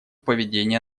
поведение